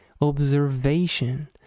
Observation